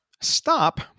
stop